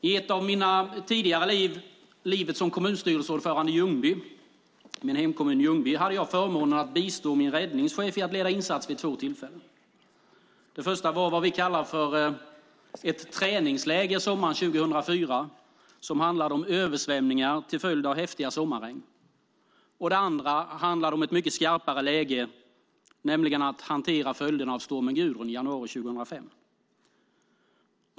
I ett av mina tidigare liv, livet som kommunstyrelseordförande i min hemkommun Ljungby, hade jag förmånen att bistå min räddningschef i att leda insats vid två olika tillfällen. Det första var vad vi kallar ett träningsläger sommaren 2004, som handlade om översvämningar till följd av häftiga sommarregn. Det andra var ett mycket skarpare läge, där det handlade om att hantera följderna av stormen Gudrun i januari 2005.